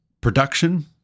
production